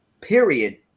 period